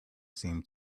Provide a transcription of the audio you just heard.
seemed